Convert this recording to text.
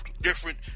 different